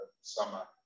summer